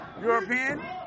European